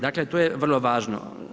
Dakle to je vrlo važno.